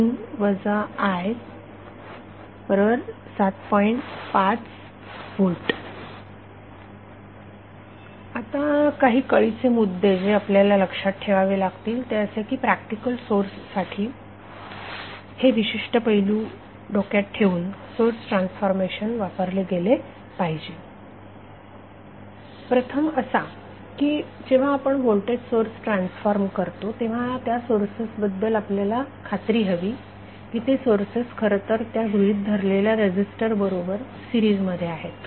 5 V आता काही कळीचे मुद्दे जे आपल्याला लक्षात ठेवावे लागतील ते असे की प्रॅक्टिकल सोर्स साठी हे विशिष्ट पैलू डोक्यात ठेवून सोर्स ट्रान्सफॉर्मेशन वापरले गेले पाहिजे प्रथम असा की जेव्हा आपण व्होल्टेज सोर्स ट्रान्सफॉर्म करतो तेव्हा त्या सोर्सेस बद्दल आपल्याला खात्री हवी की ते सोर्सेस खरंतर त्या गृहीत धरलेल्या रेझीस्टर बरोबर सिरीज मध्ये आहेत